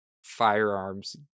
firearms